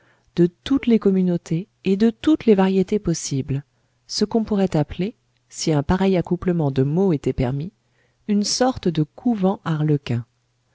de toutes les communautés et de toutes les variétés possibles ce qu'on pourrait appeler si un pareil accouplement de mots était permis une sorte de